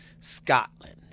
Scotland